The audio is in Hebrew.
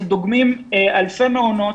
אנחנו דוגמים אלפי מעונות,